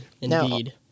Indeed